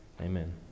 Amen